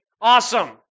awesome